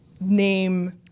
name